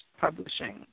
publishing